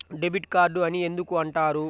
Debit card అని ఎందుకు అంటారు?